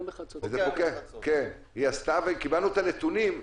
היא עשתה, וקיבלנו את הנתונים.